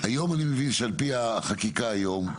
היום אני מבין שעל פי החקיקה היום,